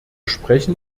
sprechen